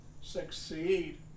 succeed